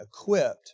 equipped